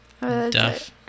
Duff